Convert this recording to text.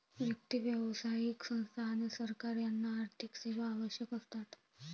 व्यक्ती, व्यावसायिक संस्था आणि सरकार यांना आर्थिक सेवा आवश्यक असतात